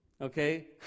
Okay